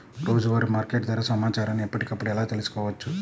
రోజువారీ మార్కెట్ ధర సమాచారాన్ని ఎప్పటికప్పుడు ఎలా తెలుసుకోవచ్చు?